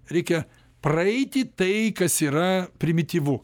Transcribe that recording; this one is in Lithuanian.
reikia praeiti tai kas yra primityvu